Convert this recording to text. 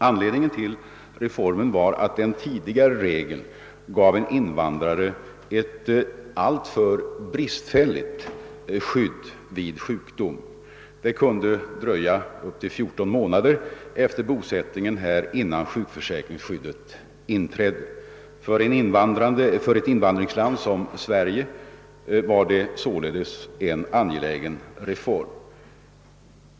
Anledningen till reformen var att den tidigare gällande regeln gav en invandrare ett alltför bristfälligt skydd vid sjukdom — det kunde dröja upp till 14 månader efter bosättningen här innan sjukförsäkringsskyddet inträdde. För ett invandrarland som Sverige var det således en angelägen reform som genomfördes.